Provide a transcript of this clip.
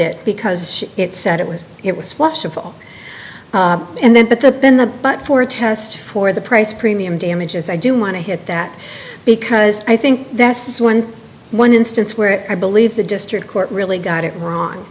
it because it said it was it was watchable and then put the pin the but for test for the price premium damages i do want to hit that because i think that's one one instance where i believe the district court really got it wrong